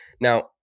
Now